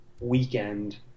weekend